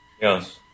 Yes